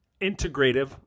integrative